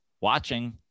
watching